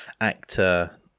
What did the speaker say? actor